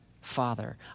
father